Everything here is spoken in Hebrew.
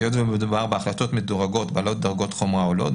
היות ומדובר בהחלטות מדורגות בעלות דרגות חומרה עולות,